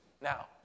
Now